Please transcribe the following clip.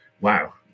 Wow